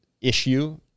issue